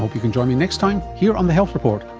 and join me next time here on the health report.